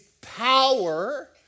power